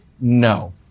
No